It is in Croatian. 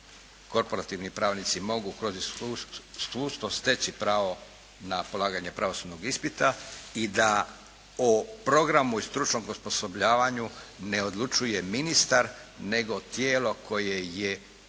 korporativni pravnici mogu kroz iskustvo steći pravo na polaganje pravosudnog ispita i da o programu iz stručnog osposobljavanja ne odlučuju ministar, nego tijelo koje je